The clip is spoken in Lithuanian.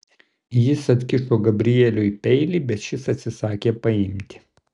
jis atkišo gabrieliui peilį bet šis atsisakė paimti